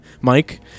Mike